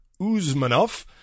Uzmanov